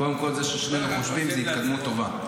קודם כול, זה ששנינו חושבים זו התקדמות טובה.